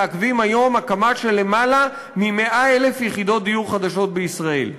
מעכבים היום הקמה של למעלה מ-100,000 יחידות דיור חדשות בישראל.